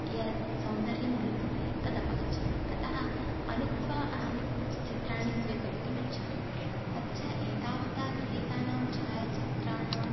यत् सौन्दर्यं वर्तते तदपगच्छति ततः अनुक्त्वा अहं चित्राणि स्वीकुर्तुम् इच्छामि अपि च एतावता गृहितानां छायाचित्राणां